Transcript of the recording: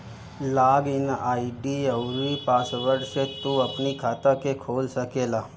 log in ID अउरी password से तू अपनी खाता के खोल सकेला